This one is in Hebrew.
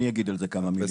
אני אגיד על זה כמה מילים.